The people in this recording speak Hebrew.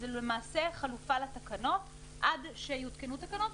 זו למעשה חלופה לתקנות עד שיותקנו תקנות,